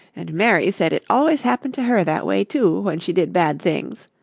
and mary said it always happened to her that way, too, when she did bad things.